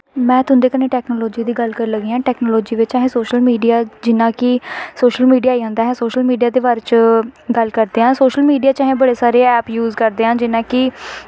में तुंदे कन्नै टैकनालजी दी गल्ल करन लगी आं टैकनालजी बिच्च अस सोशल मीडिया जि'यां कि सोशल मीडिया आई जंदा असें सोशल मीडिया दे बारे च गल्ल करदे आं सोशल मीडिया च अस बड़े सारे ऐप यूस करदे आं जि'यां कि